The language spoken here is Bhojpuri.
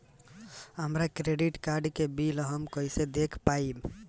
हमरा क्रेडिट कार्ड के बिल हम कइसे देख पाएम?